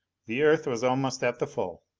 the earth was almost at the full.